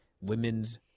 women's